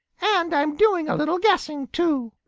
and i'm doing a little guessing, too.